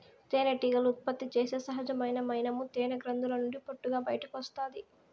తేనెటీగలు ఉత్పత్తి చేసే సహజమైన మైనము తేనె గ్రంధుల నుండి పొట్టుగా బయటకు వస్తాది